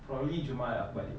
probably jumaat balik